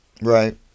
Right